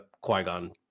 Qui-Gon